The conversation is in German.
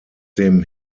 dem